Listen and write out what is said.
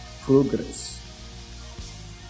progress